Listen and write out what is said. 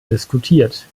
diskutiert